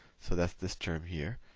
so that's this term here.